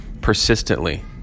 persistently